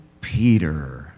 Peter